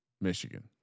Michigan